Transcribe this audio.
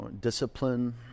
discipline